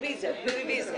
הישיבה נעולה.